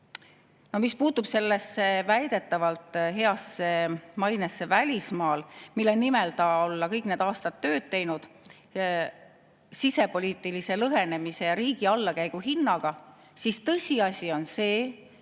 Mis puutub sellesse väidetavalt heasse mainesse välismaal, mille nimel ta olla kõik need aastad tööd teinud sisepoliitilise lõhenemise ja riigi allakäigu hinnaga, siis tõsiasi on see,